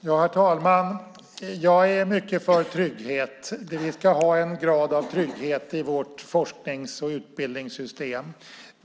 Herr talman! Jag är mycket för trygghet. Vi ska ha en grad av trygghet i vårt forsknings och utbildningssystem.